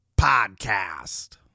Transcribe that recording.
podcast